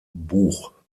buch